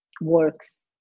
works